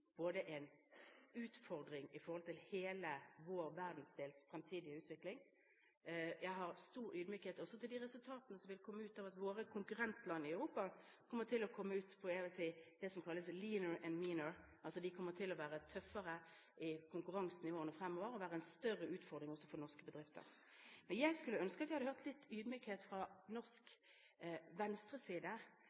en utfordring for hele vår verdensdels fremtidige utvikling. Jeg har stor ydmykhet også overfor de resultatene som vil komme ut av at våre konkurrentland i Europa vil komme ut på det som kalles «leaner & meaner», altså at de kommer til å være tøffere i konkurransenivåene fremover og være en større utfordring også for norske bedrifter. Men jeg skulle ønske at vi hadde hørt litt ydmykhet fra norsk venstreside